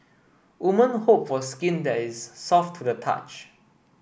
woman hope for skin that is soft to the touch